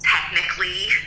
technically